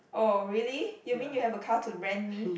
oh really you mean you have a car to rent me